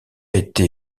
été